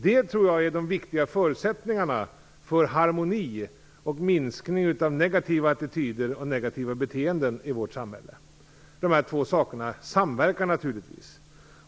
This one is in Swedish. Jag tror att det är de viktiga förutsättningarna för harmoni och minskning av negativa attityder och negativa beteenden i vårt samhälle. Dessa två saker samverkar naturligtvis.